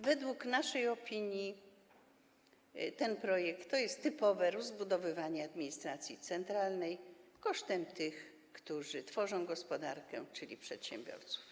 W naszej opinii ten projekt oznacza typowe rozbudowywanie administracji centralnej kosztem tych, którzy tworzą gospodarkę, czyli przedsiębiorców.